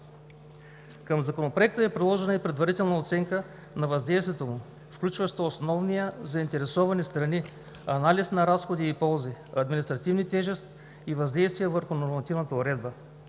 Към Законопроекта е приложена и предварителна оценка на въздействието му, включваща основания, заинтересовани страни, анализ на разходи и ползи, административна тежест и въздействие върху нормативна уредба.